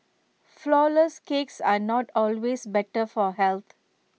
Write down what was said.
Flourless Cakes are not always better for health